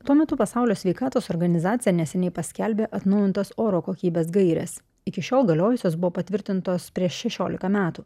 tuo metu pasaulio sveikatos organizacija neseniai paskelbė atnaujintas oro kokybės gaires iki šiol galiojusios buvo patvirtintos prieš šešiolika metų